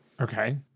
Okay